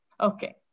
okay